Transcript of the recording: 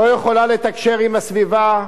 לא יכולה לתקשר עם הסביבה,